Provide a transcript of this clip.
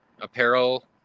Apparel